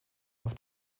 auf